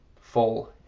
full